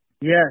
Yes